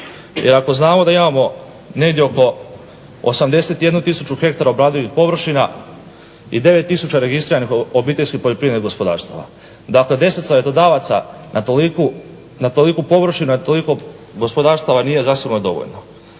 jer ako znamo da imamo negdje oko 81 tisuću hektara obradivih površina i 9 tisuća registriranih obiteljskih poljoprivrednih gospodarstava. Dakle, 10 savjetodavaca na toliku površinu na toliko gospodarstava nije zasigurno dovoljno.